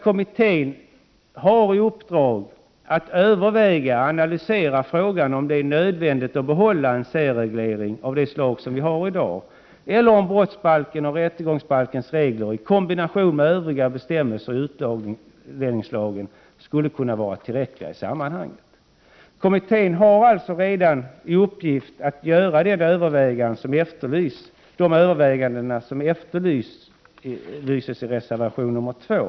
Kommittén har i uppdrag att överväga och analysera frågan om det är nödvändigt att behålla en särreglering av det slag vi har i dag eller om brottsbalkens och rättegångsbalkens regler i kombination med övriga bestämmelser i utlänningslagen skulle kunna vara tillräckliga i sammanhanget. Kommittén har alltså redan i uppgift att göra de överväganden som efterlyses i reservation 2.